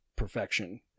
perfection